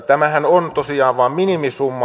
tämähän on tosiaan vain minimisumma